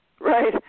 Right